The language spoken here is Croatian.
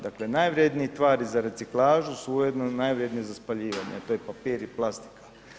Dakle, najvrijednije tvari za reciklažu su ujedno najvrijednije za spaljivanje, to je papir i plastika.